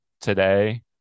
today